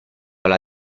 alla